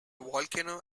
volcano